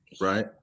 right